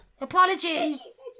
Apologies